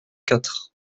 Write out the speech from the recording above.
quatre